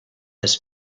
this